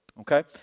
okay